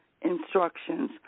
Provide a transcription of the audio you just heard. instructions